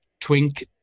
twink